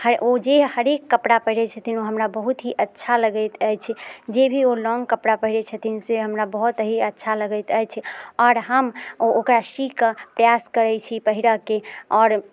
हर ओ जे हरेक कपड़ा पहिरैत छथिन ओ हमरा बहुत ही अच्छा लगैत अछि जेभी ओ लोग कपड़ा पहिरैत छथिन से हमरा बहुत ही अच्छा लगैत अछि आओर हम ओ ओकरा शी कऽ प्रयास करैत छी पहिरऽके आओर